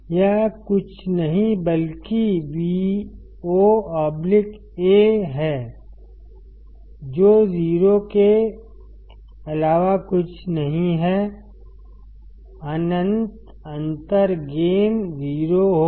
यह कुछ नहीं बल्कि Vo A है जो 0 के अलावा कुछ नहीं है अनंत अंतर गेन 0 होगा